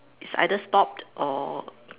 is either stopped or